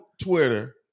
Twitter